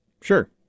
Sure